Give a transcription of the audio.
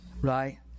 right